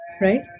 Right